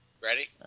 Ready